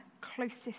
closest